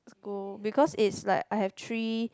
school because it's like I have three